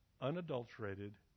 unadulterated